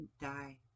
die